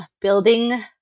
building